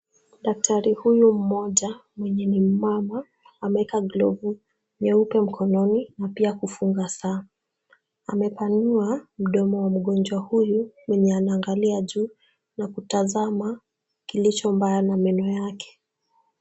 Daktari huyu mmoja mwenye ni mmama ameweka glovu nyeupe mkononi na pia hakufunga saa. Amepanua mdomo wa mgonjwa huyu mwenye anaangalia juu na kutazama kilicho mbaya na meno yake.